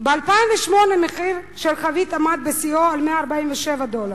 ב-2008 מחיר של חבית עמד בשיאו על 147 דולר,